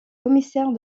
commissaires